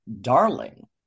darling